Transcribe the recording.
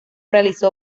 realizó